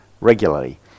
regularly